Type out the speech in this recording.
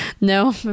No